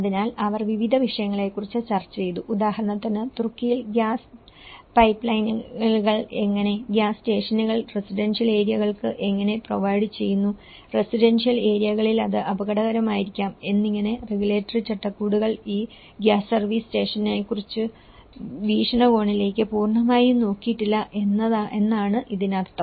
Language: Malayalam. അതിനാൽ അവർ വിവിധ വിഷയങ്ങളെക്കുറിച്ച് ചർച്ച ചെയ്തു ഉദാഹരണത്തിന് തുർക്കിയിൽ ഗ്യാസ് പൈപ്പ്ലൈനുകൾ എങ്ങനെ ഗ്യാസ് സ്റ്റേഷനുകൾ റസിഡൻഷ്യൽ ഏരിയകൾക്ക് എങ്ങനെ പ്രൊവൈഡ് ചെയ്യുന്നു റെസിഡൻഷ്യൽ ഏരിയകളിൽ അത് അപകടകരമായിരിക്കാം എന്നിങ്ങനെ റെഗുലേറ്ററി ചട്ടക്കൂടുകൾ ഈ ഗ്യാസ് സർവീസ് സ്റ്റേഷനുകളെക്കുറിച്ച് വീക്ഷണകോണിലേക്ക് പൂർണ്ണമായും നോക്കിയിട്ടില്ല എന്നാണ് ഇതിനർത്ഥം